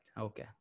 Okay